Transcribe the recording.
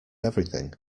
everything